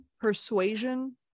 persuasion